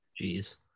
Jeez